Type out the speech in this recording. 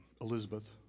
Elizabeth